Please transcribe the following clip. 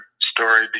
story